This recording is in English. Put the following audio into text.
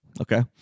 Okay